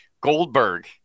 Goldberg